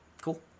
Cool